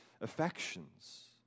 affections